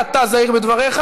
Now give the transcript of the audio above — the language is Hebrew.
היה אתה זהיר בדבריך,